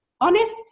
honest